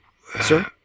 Sir